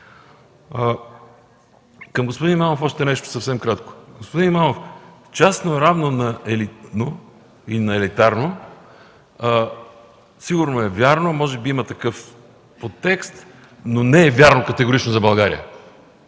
Към господин Имамов още нещо, съвсем кратко. Господин Имамов, частно равно на елитно и на елитарно – сигурно е вярно, може би има такъв подтекст, но не е вярно – категорично, за България!